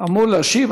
אמור להשיב.